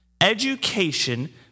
Education